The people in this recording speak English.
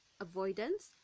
avoidance